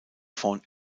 vorn